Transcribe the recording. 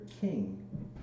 king